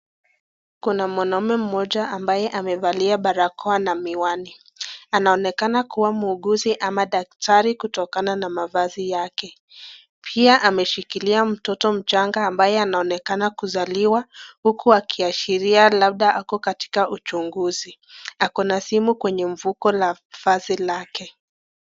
Kuna mwanaume mmoja ambaye amevalia barakoa na miwani. Anaonekana kuwa muuguzi ama daktari kutokana na mavazi yake. Pia ameshikilia mtoto mchanga ambaye anaonekana kuzaliwa, huku akiashiria labda ako katika uchunguzi. Ako na simu kweny mfuko la vazi lake.